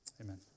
Amen